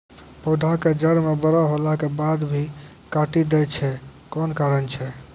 पौधा के जड़ म बड़ो होला के बाद भी काटी दै छै कोन कारण छै?